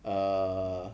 err